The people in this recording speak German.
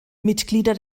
mitglieder